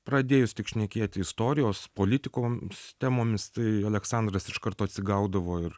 pradėjus tik šnekėti istorijos politikos temomis tai aleksandras iš karto atsigaudavo ir